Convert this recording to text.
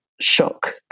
shock